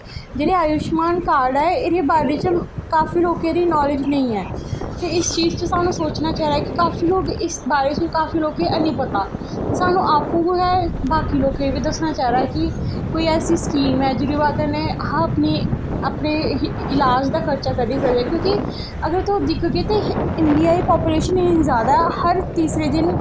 जेह्ड़ा आयुश्मान कार्ड ऐ एह्दे बारे च काफी लोकें गी नालेज नेईं ऐ ते इस चीज च सानू सोचना चाहिदा कि काफी लोकें गी हैन्नी पता ते सानू आपूं गै बाकी लोकें गी बी दस्सना चाहिदा कि कोई ऐसी स्कीम ऐ जेह्दी ब'जा कन्नै अपने इलाज दा खर्चा कड्ढी सकनें क्योंकि अगर तुस दिखगे ते इंडिया दी पापुलेशन इन्नी जैदा ऐ हर तीसरे दिन